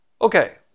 Okay